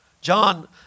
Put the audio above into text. John